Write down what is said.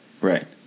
Right